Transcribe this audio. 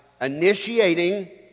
initiating